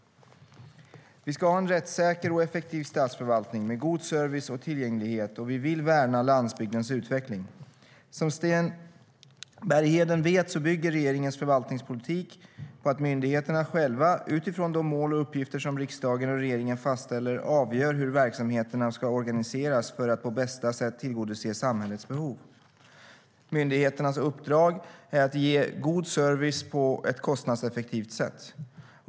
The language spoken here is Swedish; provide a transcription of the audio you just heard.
Vi ska ha en rättssäker och effektiv statsförvaltning med god service och tillgänglighet, och vi vill värna landsbygdens utveckling. Som Sten Bergheden vet bygger regeringens förvaltningspolitik på att myndigheterna själva, utifrån de mål och uppgifter som riksdagen och regeringen fastställer, avgör hur verksamheterna ska organiseras för att på bästa sätt tillgodose samhällets behov. Myndigheternas uppdrag är att ge god service på ett kostnadseffektivt sätt.